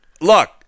look